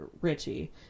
Richie